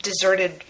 deserted